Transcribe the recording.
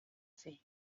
fer